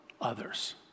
others